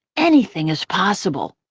anything is possible.